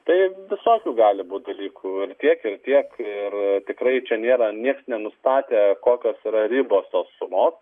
tai visokių gali būti dalykų ir tiek ir tiek ir tikrai čia nėra nieks nenustatė kokios yra ribos tos sumos